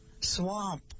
swamp